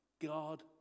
God